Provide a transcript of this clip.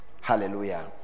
Hallelujah